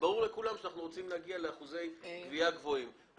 ברור לכולם שאנחנו רוצים להגיע לאחוזי גבייה גבוהים.